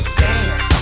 dance